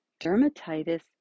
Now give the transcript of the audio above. dermatitis